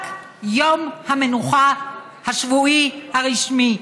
רק יום המנוחה השבועי הרשמי,